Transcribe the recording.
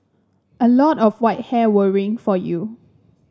a lot of white hair worrying for you